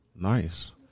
Nice